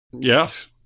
Yes